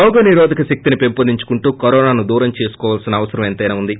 రోగనిరోధక శక్తిని పెంపొందించుకుంటూ కరోనాను దూరం చేయాల్సిన అవసరం ఎంతైనా ఉంది